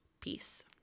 peace